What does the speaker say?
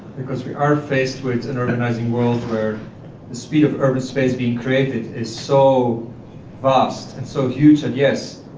because we are faced with an and urbanizing world where the speed of urban space being created is so vast and so huge and, yes,